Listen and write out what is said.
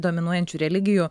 dominuojančių religijų